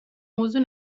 موضوع